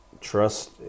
Trust